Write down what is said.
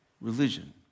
religion